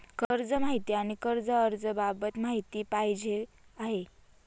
कर्ज माहिती आणि कर्ज अर्ज बाबत माहिती पाहिजे आहे